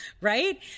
Right